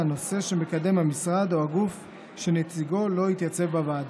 נושא שמקדם המשרד או הגוף שנציגו לא התייצב בוועדה.